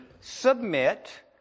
submit